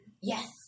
Yes